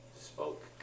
spoke